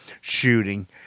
shooting